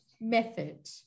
method